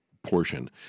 Portion